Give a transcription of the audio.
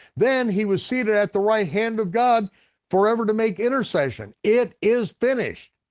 then he was seated at the right hand of god forever to make intercession, it is finished.